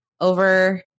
over